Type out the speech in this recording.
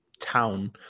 town